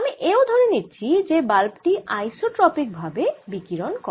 আমি এও ধরে নিচ্ছি যে বাল্ব টি আইসোট্রপিকভাবে বিকিরণ করে